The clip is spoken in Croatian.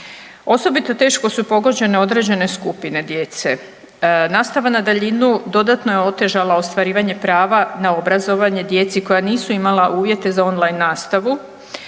Osobito teško su pogođene određene skupine djece. Nastava na daljinu dodatno je otežala ostvarivanje prava na obrazovanje djeci koja nisu imala uvjete za on-line nastavu,